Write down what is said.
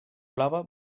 blava